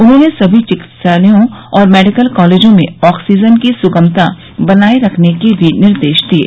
उन्होंने सभी चिकित्सालयों और मेडिकल कॉलेजों में आक्सीजन की स्गमता बनाये रखने के भी निर्देश दिये